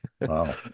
Wow